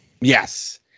Yes